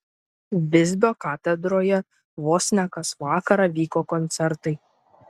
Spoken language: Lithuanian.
visbio katedroje vos ne kas vakarą vyko koncertai